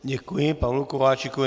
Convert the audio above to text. Děkuji Pavlu Kováčikovi.